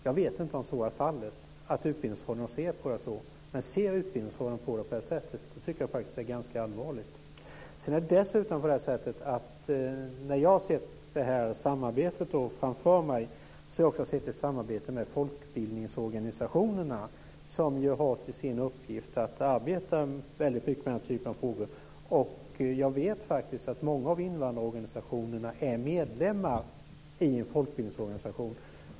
Jag vet inte om så är fallet, om Utbildningsradion ser på det så. Men om Utbildningsradion ser på det på det sättet tycker jag faktiskt att det är ganska allvarligt. Dessutom har jag, när jag har sett det här samarbetet framför mig, också sett ett samarbete med folkbildningsorganisationerna, som ju har till uppgift att arbeta väldigt mycket med den typen av frågor. Jag vet faktiskt att många av invandrarna är medlemmar i en folkbildningsorganisation.